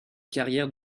carrière